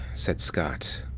said scott.